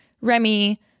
Remy